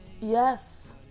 Yes